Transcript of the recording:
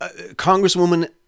Congresswoman